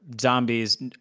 zombies